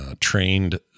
trained